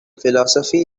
philosophy